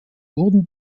wurden